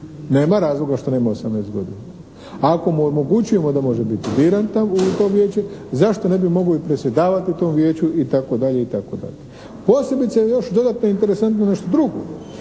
Nema razloga što nema 18 godina. A ako mu omogućujemo da može biti biran u to vijeće, zašto ne bi mogao i predsjedavati tom vijeću itd. Posebice je još dodatno interesantno nešto drugo,